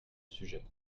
sujet